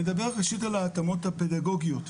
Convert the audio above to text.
אני אדבר ראשית על ההתאמות הפדגוגיות,